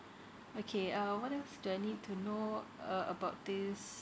okay um what else do I need to know uh about this